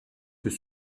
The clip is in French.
peut